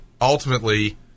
ultimately